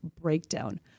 breakdown